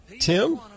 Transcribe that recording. Tim